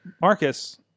Marcus